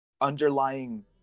underlying